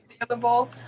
available